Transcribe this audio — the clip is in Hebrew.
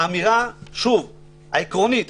האמירה העקרונית,